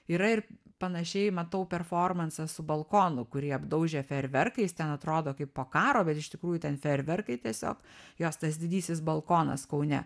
yra ir panašiai matau performansas su balkonu kurį apdaužė fejerverkais ten atrodo kaip po karo bet iš tikrųjų ten fejerverkai tiesiog jos tas didysis balkonas kaune